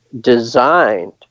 designed